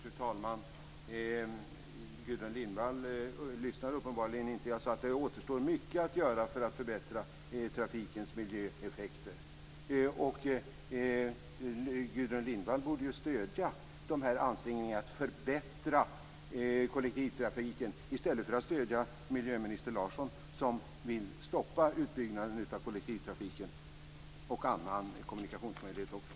Fru talman! Gudrun Lindvall lyssnade uppenbarligen inte. Jag sade att det återstår mycket att göra för att förbättra trafikens miljöeffekter. Gudrun Lindvall borde stödja ansträngningarna att förbättra kollektivtrafiken i stället för att stödja miljöminister Larsson som vill stoppa utbyggnaden av kollektivtrafiken och andra kommunikationsmöjligheter.